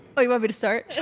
oh, you want me to start?